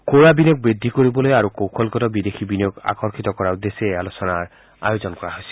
ঘৰুৱা বিনিয়োগ বৃদ্ধি কৰিবলৈ আৰু কৌশলগত বিদেশী বিনিয়োগ আকৰ্ষিত কৰাৰ উদ্দেশ্যে এই আলোচনাৰ আয়োজন কৰা হৈছিল